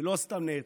ולא סתם נעצרה,